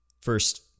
First